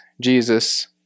Jesus